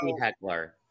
heckler